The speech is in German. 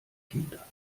kinder